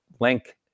link